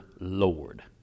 Lord